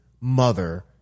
mother